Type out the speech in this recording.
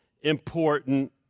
important